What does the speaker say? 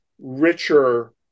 richer